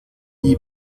die